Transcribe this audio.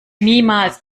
niemals